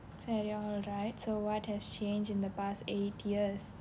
சரி:sari alright so what has changed in the past eight years